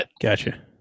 Gotcha